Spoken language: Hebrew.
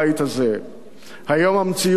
היום המציאות ברורה וחדה: